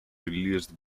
released